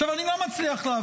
עכשיו, אני לא מצליח להבין.